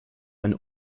ein